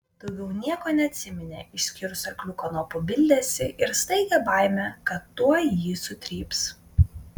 daugiau nieko neatsiminė išskyrus arklių kanopų bildesį ir staigią baimę kad tuoj jį sutryps